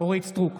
אורית מלכה סטרוק,